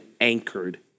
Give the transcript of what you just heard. anchored